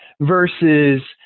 versus